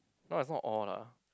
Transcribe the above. no it's not all lah